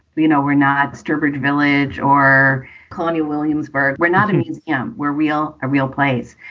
you know, we're not sturbridge village or colony williamsburg. we're not a museum. we're real a real place.